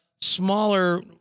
smaller